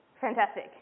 fantastic